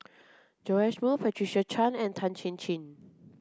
Joash Moo Patricia Chan and Tan Chin Chin